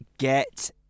Get